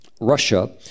Russia